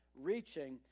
reaching